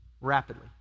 rapidly